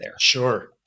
Sure